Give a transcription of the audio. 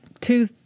two